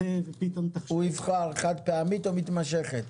הוא יבחר חד-פעמית או מתמשכת,